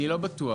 אני לא בטוח.